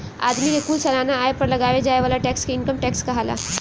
आदमी के कुल सालाना आय पर लगावे जाए वाला टैक्स के इनकम टैक्स कहाला